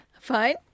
Fine